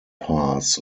pass